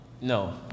no